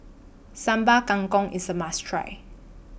Sambal Kangkong IS A must Try